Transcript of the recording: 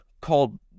called